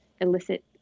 elicit